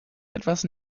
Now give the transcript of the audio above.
etwas